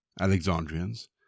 Alexandrians